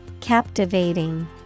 Captivating